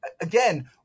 Again